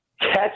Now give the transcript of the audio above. catch –